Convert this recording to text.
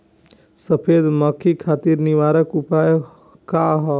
सफेद मक्खी खातिर निवारक उपाय का ह?